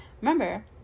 remember